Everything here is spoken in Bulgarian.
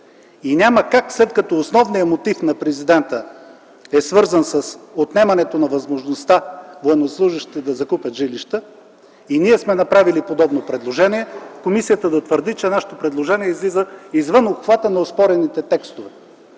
и няма как, след като основният мотив на президента е свързан с отнемането на възможността военнослужещите да закупят жилище, а и ние сме направили подобно предложение, комисията да твърди, че нашите предложения излизат извън обхвата на оспорените текстове.